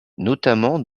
notamment